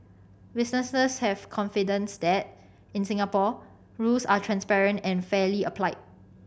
businesses have confidence that in Singapore rules are transparent and fairly applied